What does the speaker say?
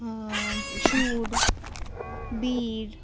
সুর বির